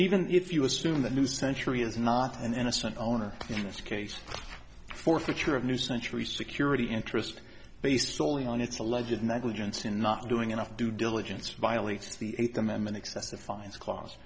even if you assume that new century is not an innocent owner in this case forfeiture of new century security interest based soley on its alleged negligence in not doing enough due diligence violates the eighth amendment excessive fines cla